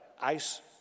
ice